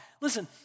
Listen